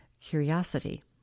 Curiosity